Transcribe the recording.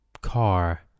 car